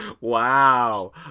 wow